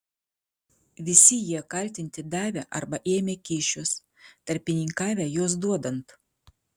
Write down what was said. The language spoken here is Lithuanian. visi jie kaltinti davę arba ėmę kyšius tarpininkavę juos duodant